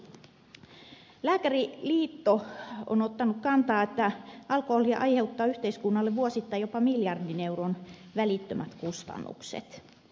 lääkäriliitto on ottanut kantaa että alkoholi aiheuttaa yhteiskunnalle vuosittain jopa miljardin euron välittömät kustannukset